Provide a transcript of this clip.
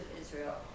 Israel